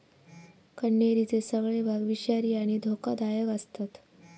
कण्हेरीचे सगळे भाग विषारी आणि धोकादायक आसतत